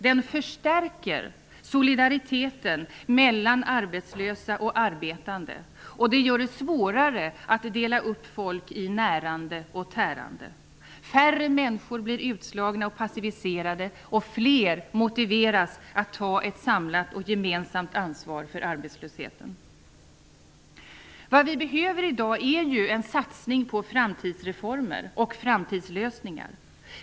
Den förstärker solidariteten mellan arbetslösa och arbetande och gör det svårare att dela upp folk i närande och tärande. Färre människor blir utslagna och passiviserade och fler motiveras att ta ett samlat och gemensamt ansvar för arbetslösheten. Vad vi behöver i dag är en satsning på framtidsreformer och framtidslösningar.